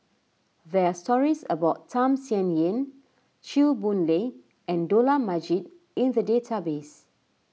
there are stories about Tham Sien Yen Chew Boon Lay and Dollah Majid in the database